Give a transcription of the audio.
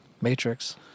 matrix